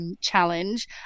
challenge